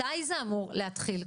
מתי זה אמור להתחיל,